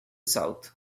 south